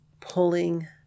pulling